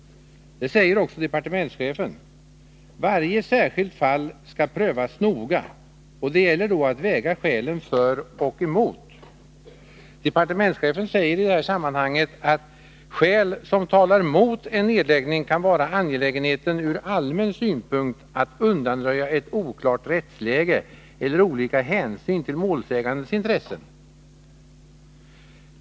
Det säger också departementschefen. Varje särskilt fall skall prövas noga, och det gäller då att väga skälen för och emot. Departementschefen säger i detta sammanhang att skäl som talar mot en nedläggning kan vara angelägenheten ur allmän synpunkt att undanröja ett oklart rättsläge eller olika hänsyn till målsägandens intressen.